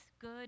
good